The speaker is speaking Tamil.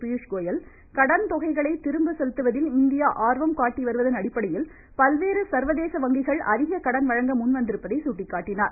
பியூஷ்கோயல் கடன் தொகைகளை திரும்ப செலுத்துவதில் இந்தியா ஆர்வம் காட்டி வருவதன் அடிப்படையில் பல்வேறு சர்வதேச வங்கிகள் அதிக கடன் வழங்க முன்வந்துள்ளதை சுட்டிக்காட்டினார்